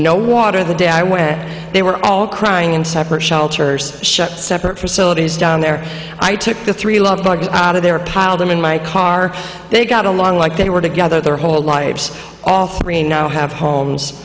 no water the day i went they were all crying in separate shelters shut separate facilities down there i took the three love bug out of there piled them in my car they got along like they were together their whole lives all three now have homes